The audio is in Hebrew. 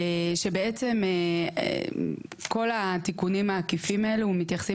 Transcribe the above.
שבעצם כל התיקונים העקיפים האלה מתייחסים